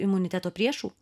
imuniteto priešų